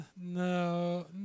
No